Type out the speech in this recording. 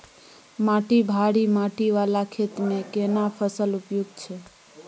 माटी भारी माटी वाला खेत में केना फसल उपयुक्त छैय?